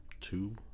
two